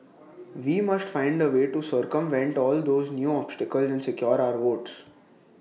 we must find A way to circumvent all these new obstacles and secure our votes